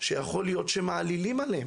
שיכול להיות שמעלילים עליהם?